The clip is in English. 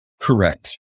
Correct